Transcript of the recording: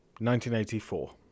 1984